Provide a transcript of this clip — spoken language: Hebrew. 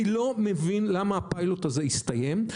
אני לא מבין למה הפיילוט הזה הסתיים.